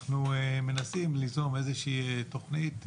אנחנו מנסים ליזום איזושהי תוכנית,